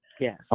Yes